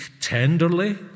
tenderly